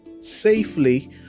safely